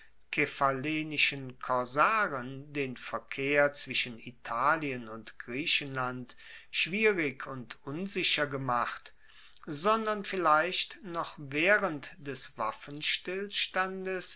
kephallenischen korsaren den verkehr zwischen italien und griechenland schwierig und unsicher gemacht sondern vielleicht noch waehrend des waffenstillstandes